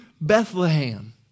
Bethlehem